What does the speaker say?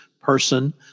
person